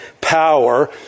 power